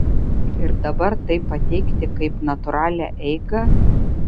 ir dabar tai pateikti kaip natūralią eigą